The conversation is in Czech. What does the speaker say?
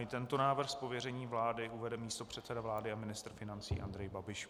I tento návrh z pověření vlády uvede místopředseda vlády a ministr financí Andrej Babiš.